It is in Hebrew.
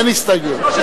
אה,